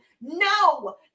No